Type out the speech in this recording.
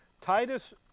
Titus